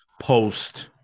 post